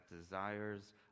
desires